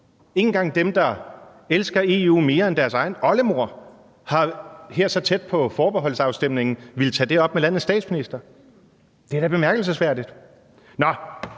engang dem, der elsker EU mere end deres egen oldemor, har her så tæt på forbeholdsafstemningen villet tage det op med landets statsminister. Det er da bemærkelsesværdigt. Nå,